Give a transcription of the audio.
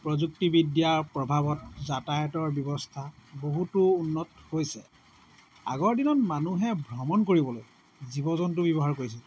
প্ৰযুক্তিবিদ্যাৰ প্ৰভাৱত যাতায়তৰ ব্যৱস্থা বহুতো উন্নত হৈছে আগৰ দিনত মানুহে ভ্ৰমণ কৰিবলৈ জীৱ জন্তু ব্যৱহাৰ কৰিছিল